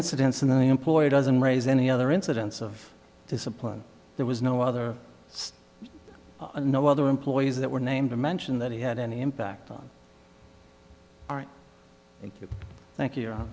incidence and i employed doesn't raise any other incidents of discipline there was no other no other employees that were named to mention that he had any impact on our thank you